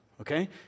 Okay